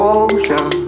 ocean